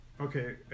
Okay